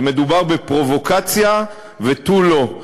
ומדובר בפרובוקציה ותו לא.